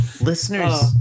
Listeners